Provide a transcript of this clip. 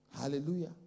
Hallelujah